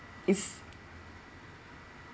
is